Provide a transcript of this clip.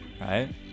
right